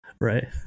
right